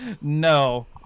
No